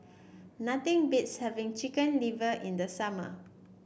nothing beats having Chicken Liver in the summer